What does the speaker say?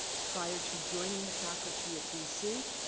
prior to joining the faculty at bc,